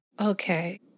Okay